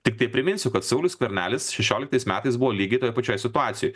tiktai priminsiu kad saulius skvernelis šešioliktais metais buvo lygiai toj pačioj situacijoj